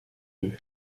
deux